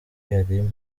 yari